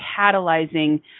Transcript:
catalyzing